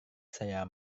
saya